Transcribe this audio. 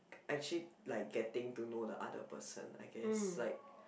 actually like getting to know the other person I guess like